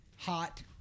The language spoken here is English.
hot